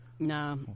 nah